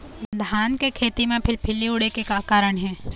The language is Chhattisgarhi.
धान के खेती म फिलफिली उड़े के का कारण हे?